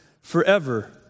forever